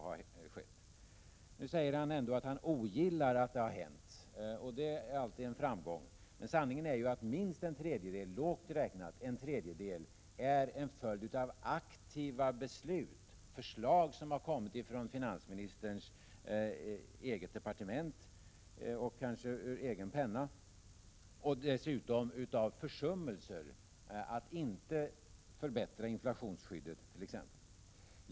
Han säger ändå att han ogillar att det har hänt, och det är en framgång. Men sanningen är att minst en tredjedel är en följd av aktiva beslut efter förslag från finansministerns eget departement — kanske från hans egen penna — och dessutom en följd av försummelser att t.ex. förbättra inflationsskyddet.